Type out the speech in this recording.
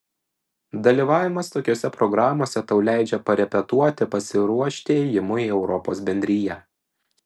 dalyvavimas tokiose programose tau leidžia parepetuoti pasiruošti ėjimui į europos bendriją